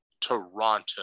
Toronto